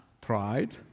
Pride